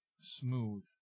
smooth